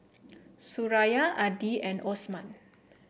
Suraya Adi and Osman